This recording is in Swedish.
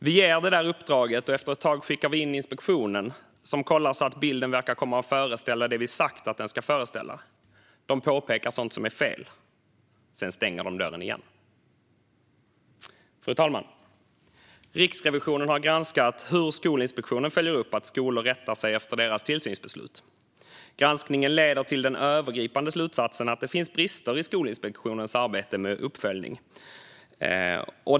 Vi ger uppdraget, och efter ett tag skickar vi in inspektionen, som kollar så att bilden verkar föreställa det vi har sagt att den ska föreställa. De påpekar sådant som är fel. Sedan stänger de dörren igen. Fru talman! Riksrevisionen har granskat hur Skolinspektionen följer upp att skolor rättar sig efter deras tillsynsbeslut. Granskningen leder till den övergripande slutsatsen att det finns brister i Skolinspektionens arbete med uppföljning.